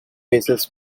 basses